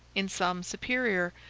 in some superior,